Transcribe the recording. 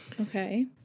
okay